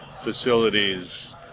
facilities